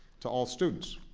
to all students.